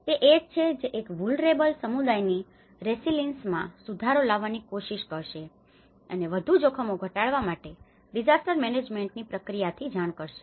તેથી તે એ જ છે જે એક વુલનેરબલ vulnerable સંવેદનશીલ સમુદાયોની રેસિલીન્સમાં resilience સ્થિતિસ્થાપકતા સુધારો લાવવાની કોશિશ કરશે અને વધુ જોખમો ઘટાડવા માટે ડીસાસ્ટર મેનેજમેન્ટની disaster management આપત્તિ વ્યવસ્થાપન પ્રક્રિયાની જાણ કરશે